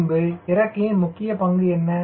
பின்பு இறக்கையின் முக்கிய பங்கு என்ன